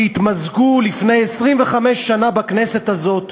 שהתמזגו לפני 25 שנה בכנסת הזאת